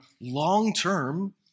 long-term